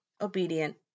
obedient